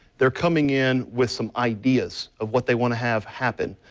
they're coming in with some ideas of what they want to have happen.